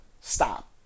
stop